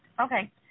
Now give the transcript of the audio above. Okay